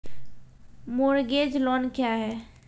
Mortgage loan क्या है?